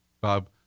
Bob